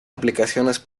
aplicaciones